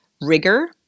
Rigor